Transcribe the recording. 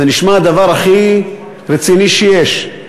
זה נשמע הדבר הכי רציני שיש,